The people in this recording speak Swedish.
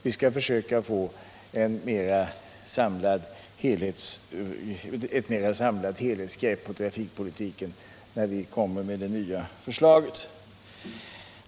Vi skall försöka få ett mera samlat helhetsgrepp om trafikpolitiken när vi kommer med det nya förslaget.